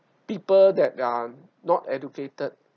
people that are not educated